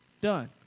Done